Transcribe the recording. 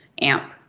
amp